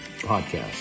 Podcast